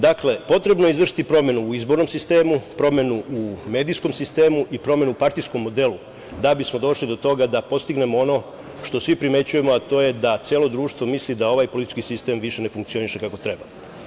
Dakle, potrebno je izvršiti promene u izbornom sistemu, promenu u medijskom sistemu i promenu u partijskom modelu da bismo došli do toga da postignemo ono što svi primećujemo, a to je da celo društvo misli da ovaj politički sistem više ne funkcioniše kako treba.